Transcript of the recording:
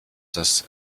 das